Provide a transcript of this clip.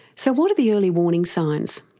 so what are the early warning signs?